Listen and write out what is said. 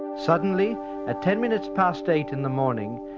suddenly at ten minutes past eight in the morning,